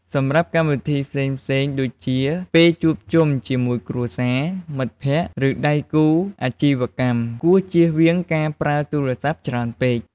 សម្រាប់កម្មវិធីពិសេសដូចជា ពេលជួបជុំជាមួយគ្រួសារ មិត្តភក្តិ ឬដៃគូអាជីវកម្ម គួរជៀសវាងការប្រើទូរស័ព្ទច្រើនពេក។